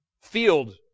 field